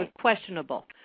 questionable